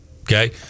okay